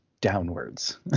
downwards